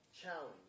challenge